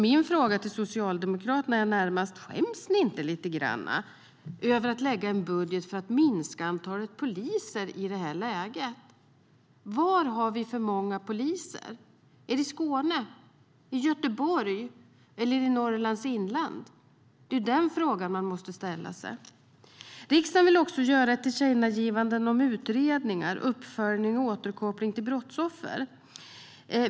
Min fråga till Socialdemokraterna är närmast: Skäms ni inte lite grann över att lägga fram en budget för att minska antalet poliser i detta läge? Var har vi för många poliser? Är det i Skåne, i Göteborg eller i Norrlands inland? Den frågan måste man ställa sig. Riksdagen vill också göra ett tillkännagivande om utredningar när det gäller uppföljning och återkoppling till brottsoffer.